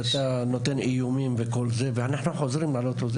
שאתה נותן איומים וכל זה ואנחנו חוזרים על אותו דבר,